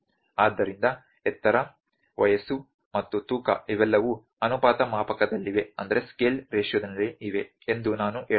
ಆದ್ದರಿಂದ ಎತ್ತರ ವಯಸ್ಸು ಮತ್ತು ತೂಕ ಇವೆಲ್ಲವೂ ಅನುಪಾತ ಮಾಪಕದಲ್ಲಿವೆ ಎಂದು ನಾನು ಹೇಳಬಹುದು